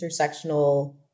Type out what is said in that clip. intersectional